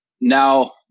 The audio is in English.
now